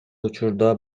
учурда